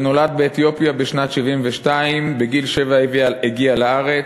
שנולד באתיופיה בשנת 1972. בגיל שבע הגיע לארץ,